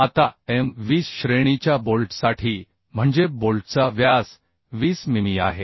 आताM 20 श्रेणीच्या बोल्टसाठी म्हणजे बोल्टचा व्यास 20 मिमी आहे